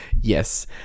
Yes